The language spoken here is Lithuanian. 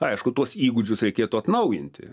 aišku tuos įgūdžius reikėtų atnaujinti